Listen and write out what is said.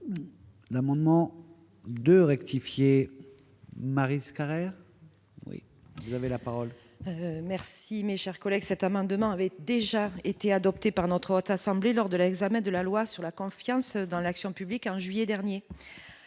L'amendement de rectifier Maryse Carrère oui, vous avez la parole. Merci, mes chers collègues, cet amendement avait déjà été adoptée par notre haute assemblée lors de l'examen de la loi sur la confiance dans l'action publique en juillet dernier